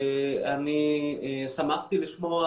אני שמחתי לשמוע